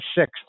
sixth